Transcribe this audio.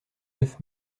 neuf